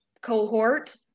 cohort